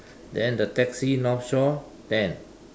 then the taxi North Shore ten